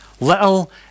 Little